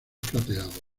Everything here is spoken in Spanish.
plateado